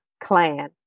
clan